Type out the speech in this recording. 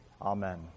Amen